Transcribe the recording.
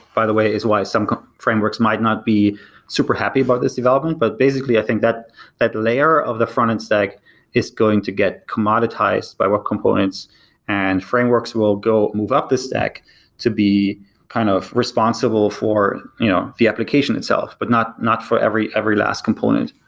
by the way, is why some frameworks might not be super happy about development. but basically i think that that layer of the frontend stack is going to get commoditized by work components and frameworks will move up the stack to be kind of responsible for you know the application itself, but not not for every every last component.